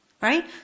Right